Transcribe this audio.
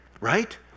right